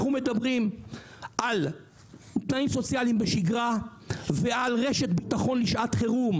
אנחנו מדברים על תנאים סוציאליים בשגרה ועל רשת ביטחון לשעת חירום.